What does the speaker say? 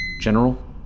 General